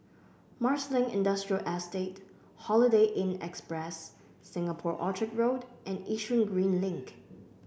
Marsiling Industrial Estate Holiday Inn Express Singapore Orchard Road and Yishun Green Link